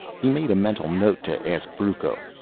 he made a mental note to ask brucco.